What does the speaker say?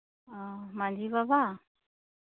ᱢᱟᱹᱡᱷᱤ ᱵᱟᱵᱟ